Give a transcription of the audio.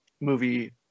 movie